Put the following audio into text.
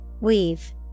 Weave